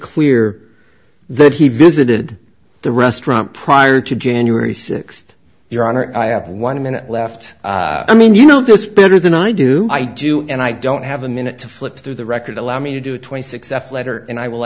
clear that he visited the restaurant prior to january sixth your honor i have one minute left i mean you know this better than i do i do and i don't have a minute to flip through the record allow me to do twenty six f letter and i will